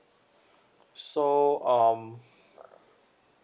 so um